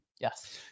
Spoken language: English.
yes